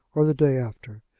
or the day after.